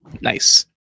nice